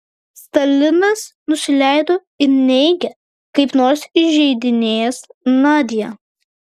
stalinas nusileido ir neigė kaip nors įžeidinėjęs nadią